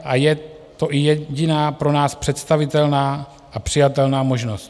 A je to i jediná pro nás představitelná a přijatelná možnost.